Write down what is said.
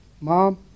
Mom